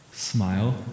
Smile